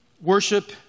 Worship